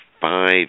five